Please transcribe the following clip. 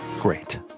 great